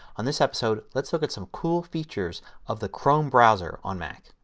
on this episode let's look at some cool features of the chrome browser on mac.